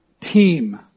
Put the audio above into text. team